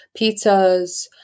pizzas